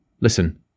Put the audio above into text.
listen